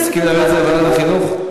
מסכים להעביר את זה לוועדת החינוך?